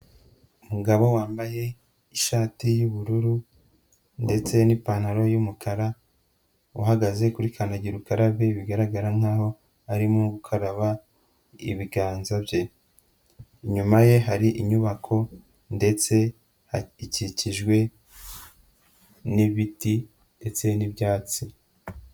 Umugabo wambaye ishati y'ubururu ndetse n'ipantaro y'umukara, uhagaze kuri kandagira ukarabe bigaragara nk'aho arimo gukaraba ibiganza bye, inyuma ye hari inyubako ndetse ikikijwe n'ibiti ndetse n'ibyatsi.